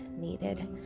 needed